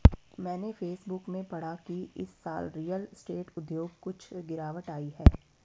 मैंने फेसबुक में पढ़ा की इस साल रियल स्टेट उद्योग कुछ गिरावट आई है